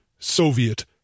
soviet